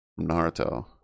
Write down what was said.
Naruto